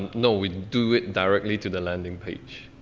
no, we do it directly to the landing page.